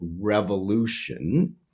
revolution